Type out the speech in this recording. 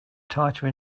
tighter